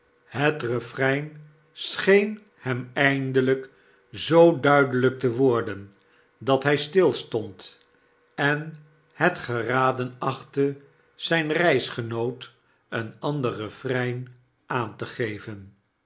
het refrein scheen hem eindelp zoo duidelyk te worden dat hy stilstond en het geraden achtte zgn reisgenoot een ander refrein aan te geven